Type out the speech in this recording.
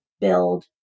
build